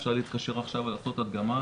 אפשר להתקשר עכשיו ולעשות הדגמה,